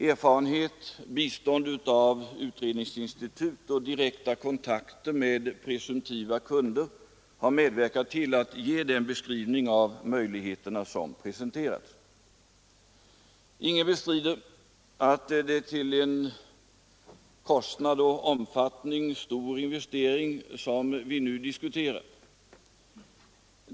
Erfarenhet, bistånd av utredningsinstitut och direkta kontakter med presumtiva kunder har medverkat till att ge den beskrivning av möjligheterna som presenterats. Ingen bestrider att det är en till kostnad och omfattning stor investering vi nu diskuterar.